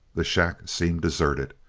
the shack seemed deserted.